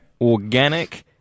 organic